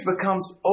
becomes